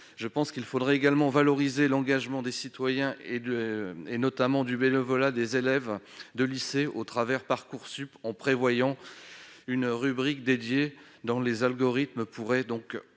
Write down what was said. Je pense qu'il faudrait également valoriser l'engagement des citoyens, notamment le bénévolat des élèves de lycée au travers de Parcoursup, en prévoyant une rubrique dédiée dont les algorithmes pourraient tenir